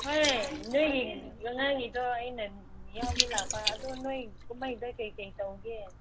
ꯍꯣꯏ ꯅꯣꯏꯒꯤ ꯅꯣꯏꯒꯤꯗꯣ ꯑꯩꯅ ꯌꯥꯎꯒꯦ ꯂꯥꯛꯄ ꯑꯗꯣ ꯅꯣꯏ ꯀꯨꯝꯍꯩꯗꯣ ꯀꯩ ꯀꯩ ꯇꯧꯒꯦ